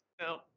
No